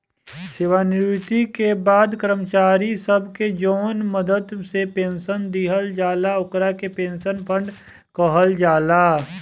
सेवानिवृत्ति के बाद कर्मचारी सब के जवन मदद से पेंशन दिहल जाला ओकरा के पेंशन फंड कहल जाला